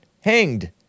hanged